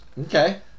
okay